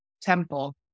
temple